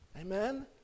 Amen